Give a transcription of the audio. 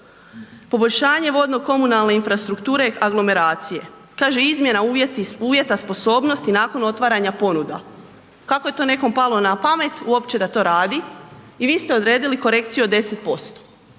poboljšanje vodno komunalne infrastrukture aglomeracije. Kaže izmjena uvjeta sposobnosti nakon otvaranja ponuda. Kako je to nekome palo na pamet uopće da to radi i vi ste odredili korekciju od 10%.